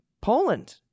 Poland